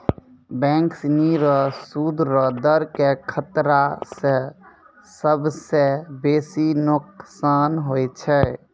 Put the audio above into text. bank सिनी रो सूद रो दर के खतरा स सबसं बेसी नोकसान होय छै